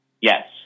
Yes